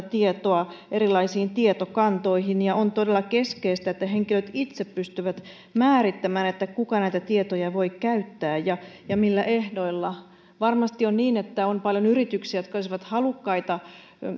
tietoa erilaisiin tietokantoihin ja on todella keskeistä että henkilöt itse pystyvät määrittämään kuka näitä tietoja voi käyttää ja ja millä ehdoilla varmasti on niin että on paljon yrityksiä jotka olisivat halukkaita